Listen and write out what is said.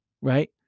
Right